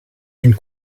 d’une